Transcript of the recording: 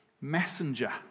messenger